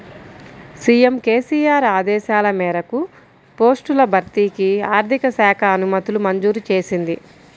CM KCR ఆదేశాల మేరకు పోస్టుల భర్తీకి ఆర్థిక శాఖ అనుమతులు మంజూరు చేసింది